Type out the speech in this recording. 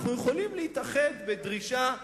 אנחנו יכולים להתאחד בדרישה מקדמית,